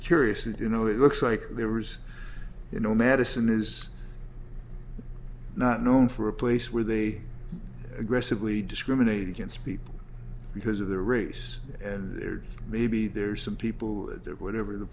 curious and you know it looks like there was you know madison is not known for a place where they aggressively discriminate against people because of their race and maybe there's some people that whatever the